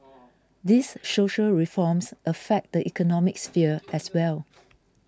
these social reforms affect the economic sphere as well